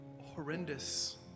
horrendous